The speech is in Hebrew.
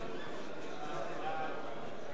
חוק ומשפט על מנת להכינה לקריאה ראשונה.